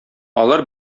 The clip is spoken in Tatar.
алар